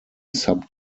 sub